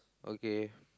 okay